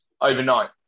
overnight